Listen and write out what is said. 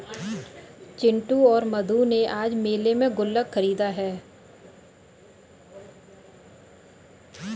चिंटू और मधु ने आज मेले में गुल्लक खरीदा है